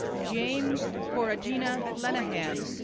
james boragina lenihan,